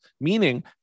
meaning